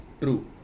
True